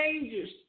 changes